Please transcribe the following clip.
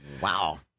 Wow